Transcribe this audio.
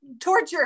torture